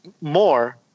more